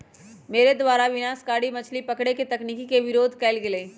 मेरे द्वारा विनाशकारी मछली पकड़े के तकनीक के विरोध कइल गेलय